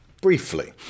briefly